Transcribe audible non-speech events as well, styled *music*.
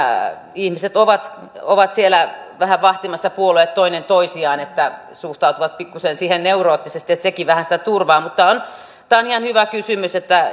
ihmiset ovat ovat siellä vähän vahtimassa puolueet toinen toisiaan suhtautuvat pikkuisen siihen neuroottisesti että sekin vähän sitä turvaa on ihan hyvä kysymys että *unintelligible*